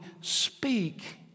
speak